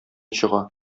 чыга